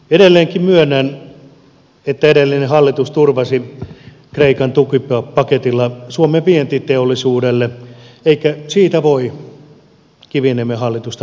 edelleenkin myönnän että edellinen hallitus turvasi kreikan tukipaketilla suomen vientiteollisuuden eikä siitä voi kiviniemen hallitusta moittia